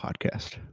podcast